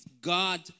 God